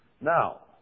Now